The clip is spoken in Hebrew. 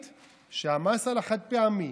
וראית שהמס על החד-פעמי,